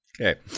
Okay